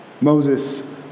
Moses